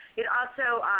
you'd also